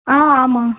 ஆ ஆமாம்